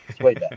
Wait